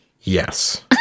Yes